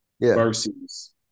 versus